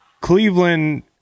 Cleveland